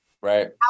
Right